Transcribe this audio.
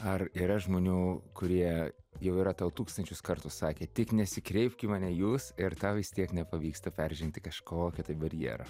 ar yra žmonių kurie jau yra tau tūkstančius kartų sakę tik nesikreipk į mane jūs ir tau vis tiek nepavyksta peržengti kažkokį barjerą